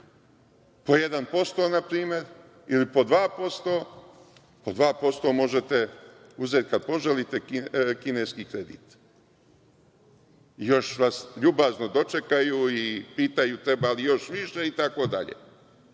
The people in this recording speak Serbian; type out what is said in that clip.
po 2% na primer, po 2% možete uzeti kad poželite kineski kredit, još vas ljubazno dočekaju i pitaju treba li još više itd.